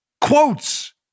quotes